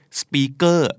speaker